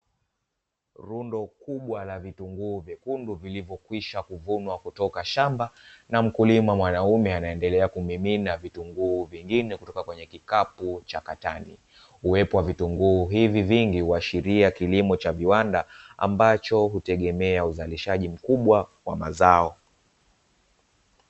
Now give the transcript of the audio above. Rundo kubwa la vitunguu vyekundu vilivyokwisha kuvunwa kutoka shamba, na mkulima mwanaume anaendelea kumimina vitunguu vingine kutoka kwenye kikapu cha katani. Uwepo wa vitunguu hivi vingi huashiria kilimo cha viwanda ambacho hutegemea uzalishaji mkubwa wa mazao.